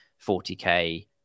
40K